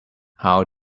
how